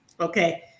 Okay